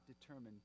determined